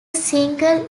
single